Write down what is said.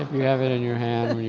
you have it in your hand,